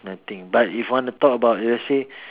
nothing but if want to talk about let's say